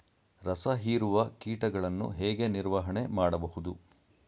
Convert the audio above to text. ರಸ ಹೀರುವ ಕೀಟಗಳನ್ನು ಹೇಗೆ ನಿರ್ವಹಣೆ ಮಾಡಬಹುದು?